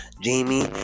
Jamie